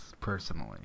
personally